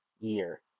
year